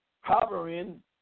Hovering